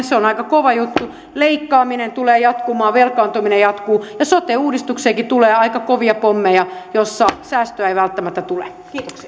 se on aika kova juttu leikkaaminen tulee jatkumaan velkaantuminen jatkuu ja sote uudistukseenkin tulee aika kovia pommeja joissa säästöä ei välttämättä tule